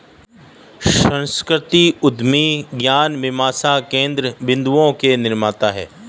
सांस्कृतिक उद्यमी ज्ञान मीमांसा केन्द्र बिन्दुओं के निर्माता हैं